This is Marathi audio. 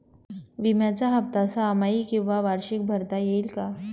विम्याचा हफ्ता सहामाही किंवा वार्षिक भरता येईल का?